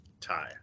tie